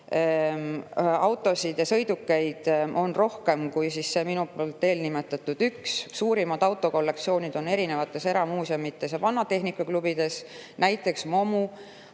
autosid ja sõidukeid on rohkem kui see minu nimetatud üks. Suurimad autokollektsioonid on erinevates eramuuseumides ja vanatehnikaklubides, näiteks MOMU